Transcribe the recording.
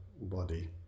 body